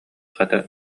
хата